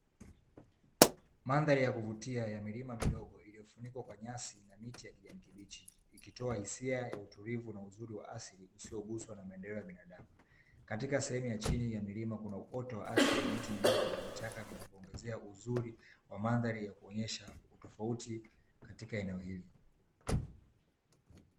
Mandhari ya kuvutia ya milima midogo iliyofunikwa kwa nyasi na miti ya kijani kibichi ikitoa hisia ya utulivu na uzuri wa asili usioguswa na maendeleo ya binadamu. Katika sehemu ya chini ya milima kuna uoto wa asili wa miti midogo na vichaka vinavyoongezea uzuri wa mandhari ya kuonyesha utofauti katika eneo hili.